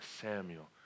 Samuel